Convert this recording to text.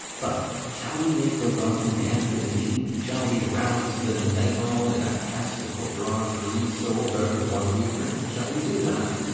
but shall we make the welkin dance indeed? shall we rouse the night-owl in a catch that will draw three souls out of one weaver? shall we do that?